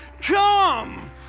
Come